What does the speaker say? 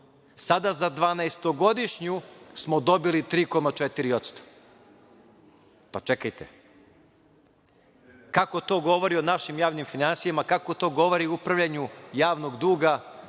Sada za dvanaestogodišnju smo dobili 3,4%. Pa, čekajte kako to govori o našim javnim finansijama, a kako to govori o upravljanju javnog duga,